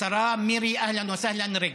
השרה מירי "אהלן וסהלן" רגב: